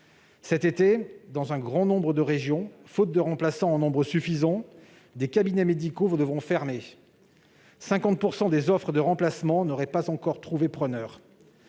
Cet été, dans un grand nombre de régions, faute de remplaçants en nombre suffisant, des cabinets médicaux devront fermer ; 50 % des offres de remplacement n'auraient pas encore trouvé preneur.